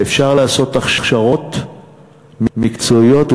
ואפשר לעשות הכשרות מקצועיות,